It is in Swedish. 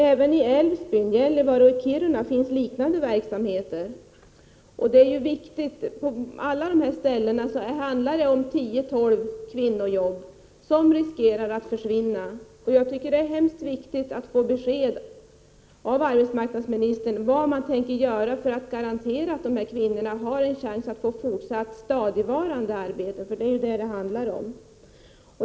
Även i Älvsbyn, Gällivare och Kiruna finns liknande verksamheter. På alla de här ställena handlar det om 10—12 kvinnojobb som riskerar att försvinna. Jag tycker det är mycket viktigt att få besked av arbetsmarknadsministern beträffande vad man tänker göra för att garantera att de här kvinnorna har en chans att få fortsatt stadigvarande arbete — det är ju vad det handlar om.